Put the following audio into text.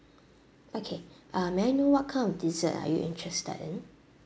okay um may I know what kind of dessert are you interested in